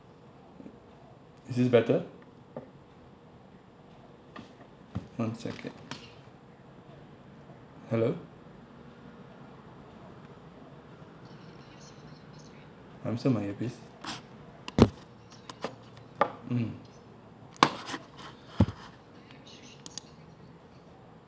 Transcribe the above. is this better one second hello I'm still my earpiece mmhmm